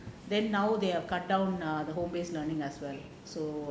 then now they have cut down err the home based learning as well so